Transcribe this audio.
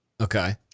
Okay